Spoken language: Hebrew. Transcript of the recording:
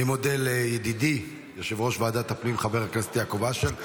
אני מודה לידידי יושב-ראש ועדת הפנים חבר הכנסת יעקב אשר.